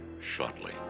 shortly